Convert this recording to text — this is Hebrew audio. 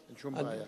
אין שום בעיה.